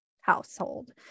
household